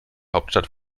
hauptstadt